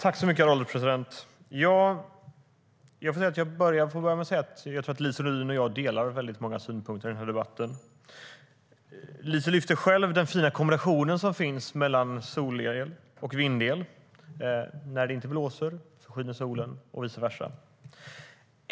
STYLEREF Kantrubrik \* MERGEFORMAT Redovisning av elnätsverksamhetHerr ålderspresident! Jag tror att Lise Nordin och jag delar väldigt många synpunkter i den här debatten. Lise lyfter själv fram den fina kombination som finns mellan solel och vindel: När det inte blåser skiner solen och vice versa.